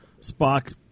Spock